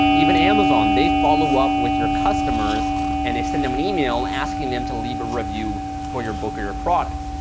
even amazon, they follow-up with your customers and they send them an email asking them to leave a review for your book or your product.